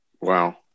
Wow